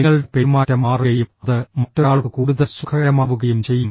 നിങ്ങളുടെ പെരുമാറ്റം മാറുകയും അത് മറ്റൊരാൾക്ക് കൂടുതൽ സുഖകരമാവുകയും ചെയ്യും